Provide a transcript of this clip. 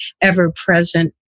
ever-present